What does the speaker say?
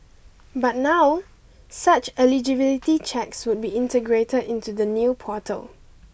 but now such eligibility checks would be integrated into the new portal